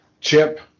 chip